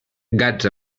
gats